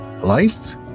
life